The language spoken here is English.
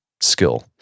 skill